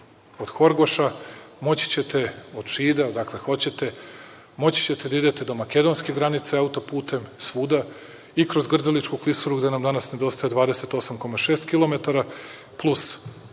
od Horgoša, moći ćete od Šida. Dakle, hoćete, moći ćete da idete do makedonske granice autoputem svuda i kroz Grdeličku klisuru, gde nam danas nedostaje 28,6 kilometara